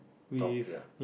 top ya